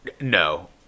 No